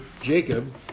Jacob